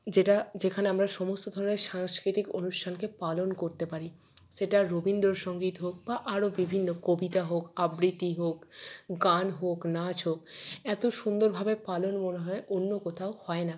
যেটা যেখানে আমরা সমস্ত ধরনের সাংস্কৃতিক অনুষ্ঠানকে পালন করতে পারি সেটা রবীন্দ্রসঙ্গীত হোক বা আরও বিভিন্ন কবিতা হোক আবৃতি হোক গান হোক নাচ হোক এত সুন্দরভাবে পালন মনে হয় অন্য কোথাও হয় না